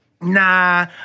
nah